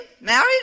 Married